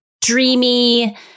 dreamy